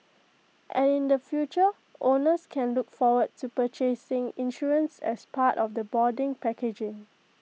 and in the future owners can look forward to purchasing insurance as part of the boarding packages